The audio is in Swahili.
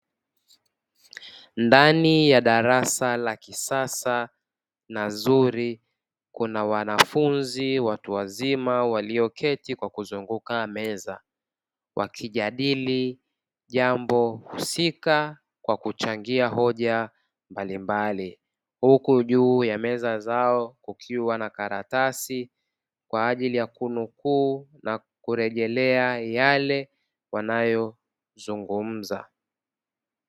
Ndani ya darasa la kisasa na zuri, kuna wanafunzi watu wazima walioketi kwa kuzunguka meza, wakijadili jambo husika kwa kuchangia hoja mbalimbali huku juu ya meza zao kukiwa na karatasi kwa ajili ya kunukuu na kurejelea yale wanayozungumza.